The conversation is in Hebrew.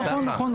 נכון,